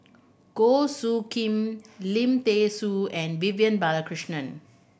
Goh Soo Khim Lim Thean Soo and Vivian Balakrishnan